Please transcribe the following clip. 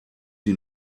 die